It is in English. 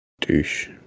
douche